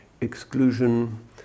exclusion